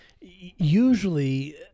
usually